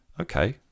okay